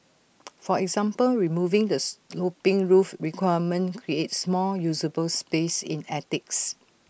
for example removing the sloping roof requirement creates more usable space in attics